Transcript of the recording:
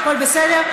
הכול בסדר?